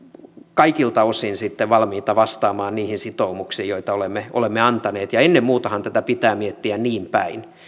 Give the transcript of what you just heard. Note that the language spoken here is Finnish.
kaikilta osin sitten valmiita vastaamaan niihin sitoumuksiin joita olemme olemme antaneet ja ennen muutahan tätä pitää miettiä niinpäin